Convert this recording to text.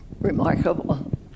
remarkable